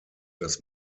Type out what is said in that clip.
das